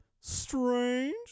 strange